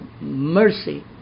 mercy